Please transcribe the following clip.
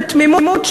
בתמימות,